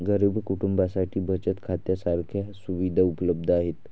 गरीब कुटुंबांसाठी बचत खात्या सारख्या सुविधा उपलब्ध आहेत